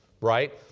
right